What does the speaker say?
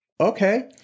Okay